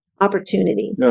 opportunity